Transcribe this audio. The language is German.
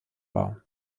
war